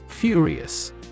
Furious